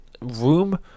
room